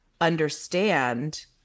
understand